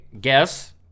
guess